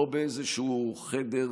לא באיזשהו חדר